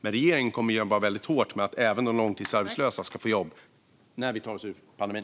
Men regeringen kommer att jobba hårt för att även de långtidsarbetslösa ska få jobb när vi tar oss ur pandemin.